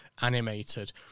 animated